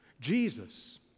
Jesus